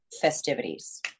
festivities